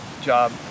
job